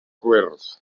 gwyrdd